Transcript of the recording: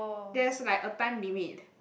there's like a time limit